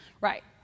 Right